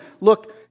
look